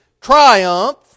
triumph